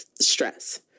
stress